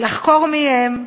לחקור מי הם,